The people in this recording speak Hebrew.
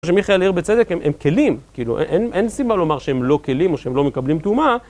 שמיכאל העיר בצדק הם כלים, אין סיבה לומר שהם לא כלים או שהם לא מקבלים טומאה